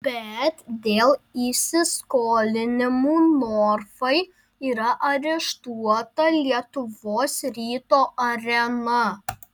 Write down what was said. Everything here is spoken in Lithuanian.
bet dėl įsiskolinimų norfai yra areštuota lietuvos ryto arena